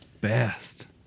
best